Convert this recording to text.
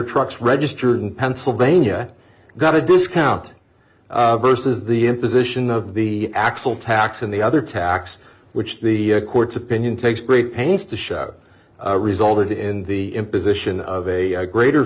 trucks registered pennsylvania got a discount versus the imposition of the actual tax and the other tax which the court's opinion takes great pains to shout resulted in the imposition of a greater